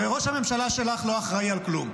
הרי ראש הממשלה שלך לא אחראי על כלום.